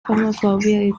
homophobia